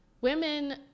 women